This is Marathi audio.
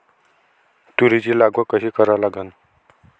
तुरीची लागवड कशी करा लागन?